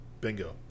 Bingo